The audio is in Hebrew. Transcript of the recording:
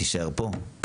תישאר פה,